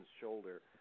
shoulder